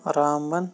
Ramban